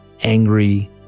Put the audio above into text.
angry